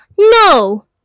No